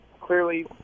Clearly